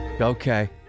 okay